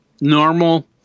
normal –